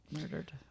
murdered